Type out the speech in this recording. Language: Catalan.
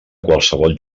qualsevol